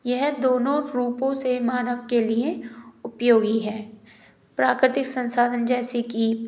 यह दोनों रूपों से मानव के लिए उपयोगी है प्राकृतिक संसाधन जैसे कि